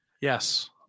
Yes